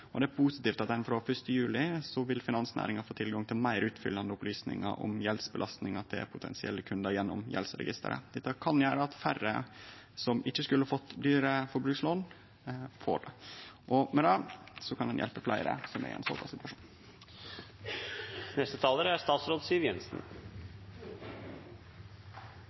Det er positivt at frå 1. juli vil finansnæringa få tilgang til meir utfyllande opplysningar om gjeldsbelastninga til potensielle kundar, gjennom gjeldsregisteret. Dette kan gjere at færre som ikkje skulle fått dyre forbrukslån, får det. Med det kan ein hjelpe fleire som er i ein